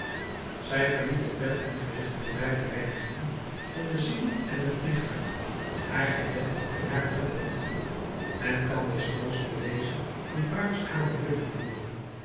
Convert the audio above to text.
zij verliet het bed en verrichtte de beide reinigingen van de ziel en het lichaam haar gebed en haar toilet men kan desnoods den lezer een bruidskamer binnenvoeren